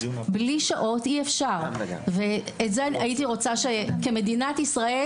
בלי שעות אי אפשר ואת זה הייתי רוצה שכמדינת ישראל